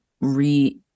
re